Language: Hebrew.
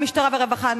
המשטרה והרווחה,